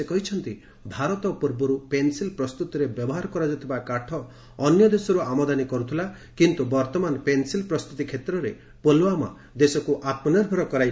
ସେ କହିଛନ୍ତି ଭାରତ ପୂର୍ବରୁ ପେନ୍ସିଲ୍ ପ୍ରସ୍ତୁତିରେ ବ୍ୟବହାର କରାଯାଉଥିବା କାଠ ଅନ୍ୟ ଦେଶରୁ ଆମଦାନୀ କରୁଥିଲା କିନ୍ତୁ ବର୍ତ୍ତମାନ ପେନ୍ସିଲ୍ ପ୍ରସ୍ତୁତି କ୍ଷେତ୍ରରେ ପୁଲୱାମା ଦେଶକୁ ଆତ୍ମନିର୍ଭର କରାଇପାରିଛି